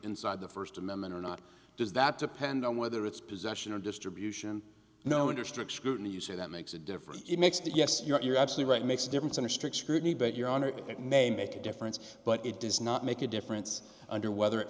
inside the st amendment or not does that depend on whether it's possession or distribution know under strict scrutiny you say that makes a difference it makes the yes you're actually right makes a difference under strict scrutiny but your honor it may make a difference but it does not make a difference under whether it